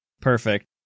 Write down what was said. Perfect